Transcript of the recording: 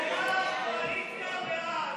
סעיפים 15 24, כהצעת הוועדה, נתקבלו.